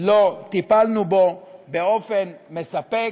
לא טיפלנו בו באופן מספק,